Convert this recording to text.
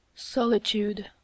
Solitude